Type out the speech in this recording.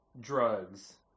drugs